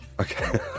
Okay